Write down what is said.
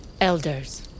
Elders